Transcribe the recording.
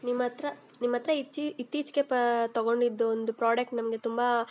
ನಿಮ್ಮ ಹತ್ರ ನಿಮ್ಮ ಹತ್ರ ಇಚ್ಚಿ ಇತ್ತೀಚೆಗೆ ಪಾ ತಗೊಂಡಿದ್ದೊಂದು ಪ್ರಾಡಕ್ಟ್ ನಮಗೆ ತುಂಬ